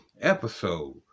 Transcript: episode